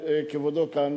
כאן,